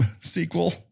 sequel